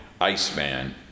Iceman